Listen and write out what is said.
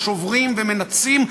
ושבים ומנתצים,